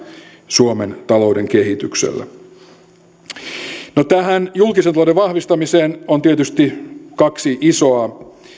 suomen talouden kehitykselle tähän julkisen talouden vahvistamiseen on tietysti kaksi isoa